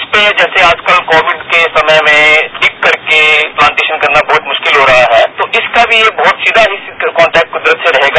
इसमें जैसे आजकल कोविड के समय में मींग करके प्लांटेशन करना बहुत मुश्किल हो रहा है तो इसका मी बहुत सीघा कॉन्टेक्ट कुदरत से रहेगा